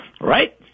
right